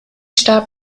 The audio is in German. starb